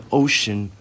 ocean